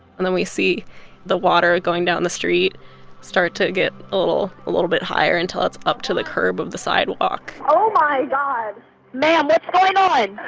and then we see the water going down the street start to get a little little bit higher until it's up to the curb of the sidewalk oh, my god ma'am, what's going on?